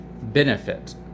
benefit